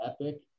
epic